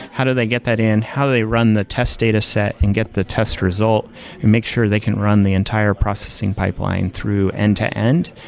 how do they get that in? how do they run the test dataset and get the test result and make sure they can run the entire processing pipeline through end to end?